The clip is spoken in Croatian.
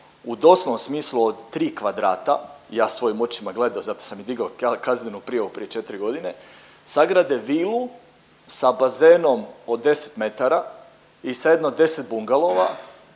u doslovnom smislu od 3 kvadrata, ja svojim očima gledo, zato sam i digao kaznenu prijavu prije 4.g., sagrade vilu sa bazenom od 10 metara i sa jedno 10 bungalova,